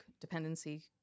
dependency